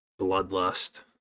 bloodlust